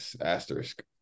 Asterisk